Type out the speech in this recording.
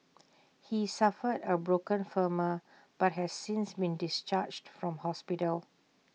he suffered A broken femur but has since been discharged from hospital